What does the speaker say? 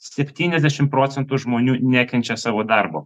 septyniasdešim procentų žmonių nekenčia savo darbo